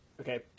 okay